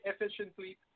efficiently